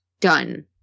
Done